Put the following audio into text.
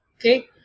okay